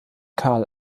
karl